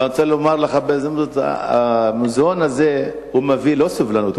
אבל אני רוצה לומר לך בהזדמנות זו: המוזיאון הזה מביא לאי-סובלנות,